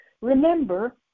remember